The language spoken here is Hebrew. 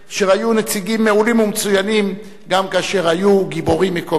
שהיו נציגים מעולים ומצוינים גם כאשר היו גיבורים מקומיים.